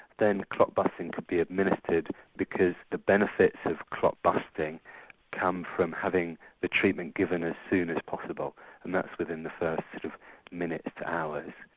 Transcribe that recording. then clot busting could be administered because the benefits of clot busting come from having the treatment given as ah soon as possible and that's within the first sort of minutes to hours.